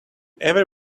every